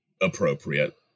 appropriate